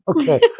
Okay